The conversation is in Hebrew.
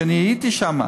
כשאני הייתי שם,